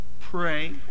Pray